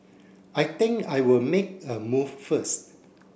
I think I'll make a move first